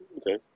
Okay